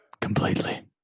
Completely